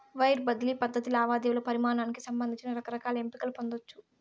wire బదిలీ పద్ధతి లావాదేవీల పరిమానానికి సంబంధించి రకరకాల ఎంపికలు పొందచ్చు